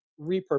repurpose